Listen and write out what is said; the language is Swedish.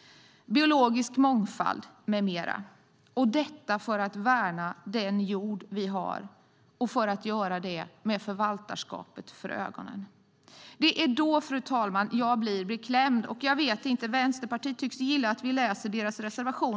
- biologisk mångfald med mera. Det ska göras för att värna den jord vi har och med förvaltarskapet för ögonen. Det är då, fru talman, jag blir beklämd. Vänsterpartiet tycks gilla att vi läser deras reservationer.